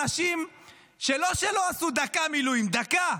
אנשים שלא שהם לא עשו דקה מילואים, דקה,